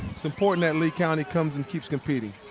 it's important that lee county comes and keeps competing.